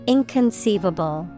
Inconceivable